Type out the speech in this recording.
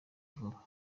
vuba